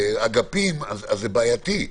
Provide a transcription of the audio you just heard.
אגפים, זה בעייתי,